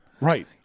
right